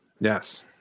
Yes